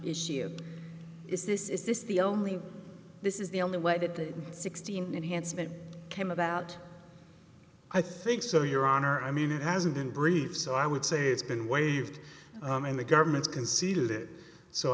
issue is this is this the only this is the only way that the sixteen enhancement came about i think so your honor i mean it hasn't been brief so i would say it's been waived in the government's conceded so